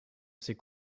ces